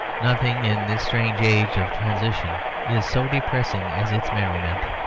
nothing in this strange age of transition is so depressing as its merriment.